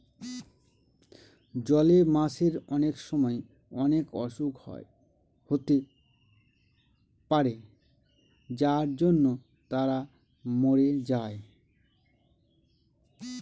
জলে মাছের অনেক সময় অনেক অসুখ হতে পারে যার জন্য তারা মরে যায়